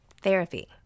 Therapy